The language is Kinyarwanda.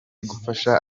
gufasha